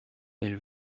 elle